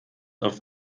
auf